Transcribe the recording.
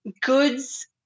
goods